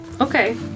Okay